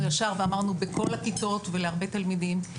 ישר ואמרנו בכל הכיתות ולהרבה תלמידים,